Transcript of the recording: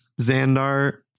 Xandar